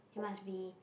you must be